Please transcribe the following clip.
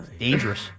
Dangerous